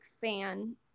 fan